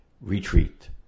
retreat